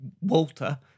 Walter